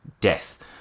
death